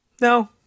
No